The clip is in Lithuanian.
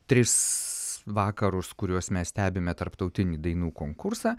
tris vakarus kuriuos mes stebime tarptautinį dainų konkursą